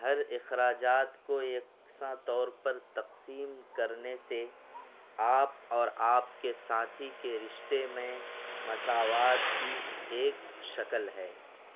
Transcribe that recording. ہر اخراجات کو یکساں طور پر تقسیم کرنے سے آپ اور آپ کے ساتھی کے رشتے میں مساوات کی ایک شکل ہے